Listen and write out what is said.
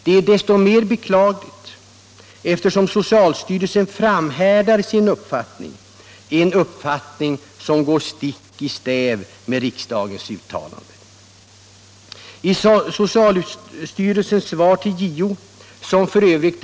Det är desto mer beklagligt som socialstyrelsen framhärdar i sin uppfattning, en uppfattning som går stick i stäv mot riksdagens uttalande. I socialstyrelsens svar till JO, som f.ö.